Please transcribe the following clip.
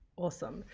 awesome!